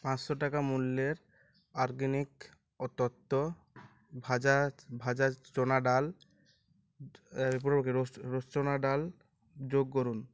পাঁচশো টাকা মূল্যের আরগ্যানিক তত্ব ভাজা ভাজা চোনা ডাল এরপরেও কি রোস্টোনা ডাল যোগ করুন